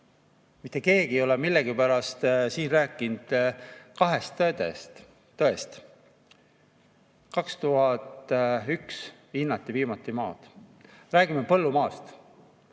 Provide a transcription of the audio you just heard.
Mitte keegi ei ole millegipärast siin rääkinud kahest tõest. 2001 hinnati viimati maad. Räägime põllumaast.